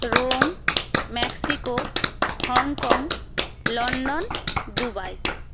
Rome Mexico Hong Kong London Dubai